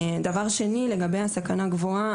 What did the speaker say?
דבר שני, לגבי הסכנה הגבוהה.